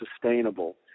sustainable